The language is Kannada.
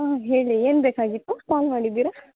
ಹಾಂ ಹೇಳಿ ಏನು ಬೇಕಾಗಿತ್ತು ಕಾಲ್ ಮಾಡಿದ್ದೀರಾ